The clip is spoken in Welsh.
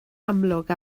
amlwg